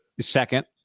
Second